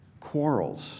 quarrels